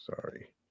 Sorry